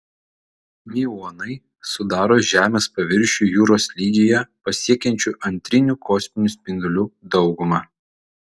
miuonai sudaro žemės paviršių jūros lygyje pasiekiančių antrinių kosminių spindulių daugumą